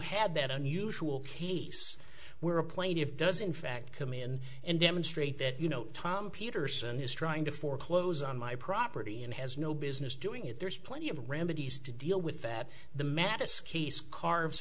had that unusual case where a plaintive does in fact come in and demonstrate that you know tom peterson is trying to foreclose on my property and has no business doing it there's plenty of remedies to deal with that the met askey scarve